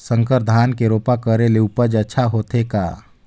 संकर धान के रोपा करे ले उपज अच्छा होथे का?